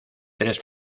tres